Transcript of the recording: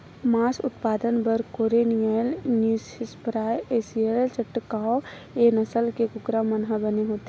मांस उत्पादन बर कोरनिलए न्यूहेपसायर, असीलए चटगाँव ए नसल के कुकरा मन ह बने होथे